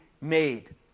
made